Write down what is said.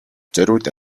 зориуд